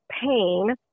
pain